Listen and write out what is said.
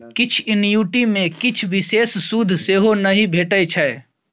किछ एन्युटी मे किछ बिषेश सुद सेहो नहि भेटै छै